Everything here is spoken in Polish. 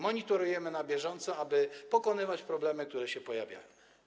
Monitorujemy to na bieżąco, aby pokonywać problemy, które się pojawiają.